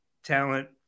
talent